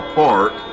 park